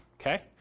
Okay